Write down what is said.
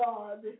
God